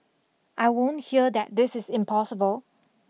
I won't hear that this is impossible